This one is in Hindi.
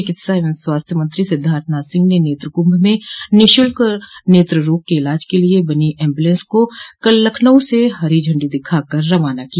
चिकित्सा एवं स्वास्थ्य मंत्री सिद्धार्थनाथ सिंह ने नेत्र कुंभ में निःशुल्क नेत्र रोग के इलाज के लिये बनी एम्बुलेंस को कल लखनऊ से हरी झंडी दिखा कर रवाना किया